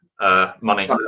money